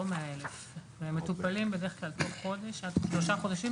לא 100,000. הם מטופלים בדרך כלל בתוך חודש עד שלושה חודשים,